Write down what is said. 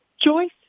Joyce